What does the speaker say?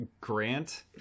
Grant